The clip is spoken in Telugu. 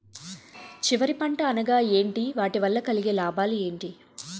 చివరి పంట అనగా ఏంటి వాటి వల్ల కలిగే లాభాలు ఏంటి